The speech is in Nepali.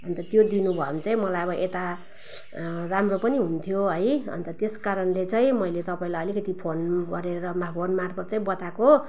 अनि त त्यो दिनुभयो भने चाहिँ मलाई अब यता राम्रो पनि हुन्थ्यो है अनि त त्यसकारणले चाहिँ मैले तपाईँलाई अलिकति फोन गरेर माफ गर मार्फत चाहिँ बताएको